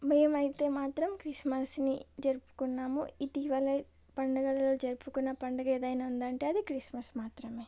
మేమైతే మాత్రం క్రిస్మస్ని జరుపుకున్నాము ఇటీవలే పండగలలో జరుపుకున్న పండగ ఏదైనా ఉందంటే అది క్రిస్మస్ మాత్రమే